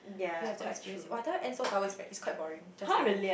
we have to experience it !wah! I tell you N-Seoul-Tower is very it's quite boring just saying